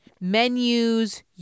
Menus